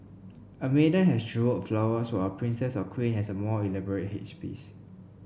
a maiden has jewelled flowers while a princess or queen has a more elaborate headpiece